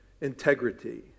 integrity